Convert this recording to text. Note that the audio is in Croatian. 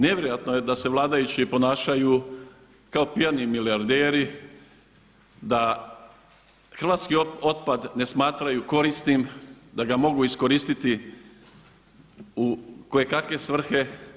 Nevjerojatno je da se vladajući ponašaju kao pijani milijarderi, da hrvatski otpad ne smatraju korisnim, da ga mogu iskoristiti u kojekakve svrhe.